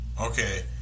Okay